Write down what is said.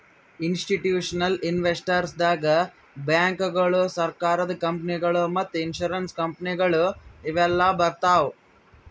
institutional investors ದಾಗ್ ಬ್ಯಾಂಕ್ಗೋಳು, ಸರಕಾರದ ಕಂಪನಿಗೊಳು ಮತ್ತ್ ಇನ್ಸೂರೆನ್ಸ್ ಕಂಪನಿಗೊಳು ಇವೆಲ್ಲಾ ಬರ್ತವ್